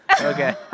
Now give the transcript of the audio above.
Okay